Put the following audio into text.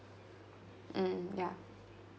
mm ya